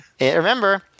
Remember